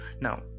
now